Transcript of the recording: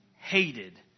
hated